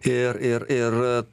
ir ir ir